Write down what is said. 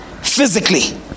physically